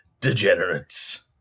degenerates